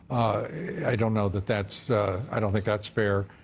i don't know that that's i don't think that's fair.